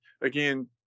Again